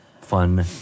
fun